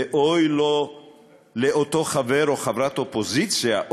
ואוי לו לאותו חבר או חברת אופוזיציה,